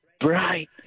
bright